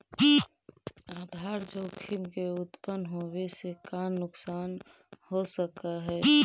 आधार जोखिम के उत्तपन होवे से का नुकसान हो सकऽ हई?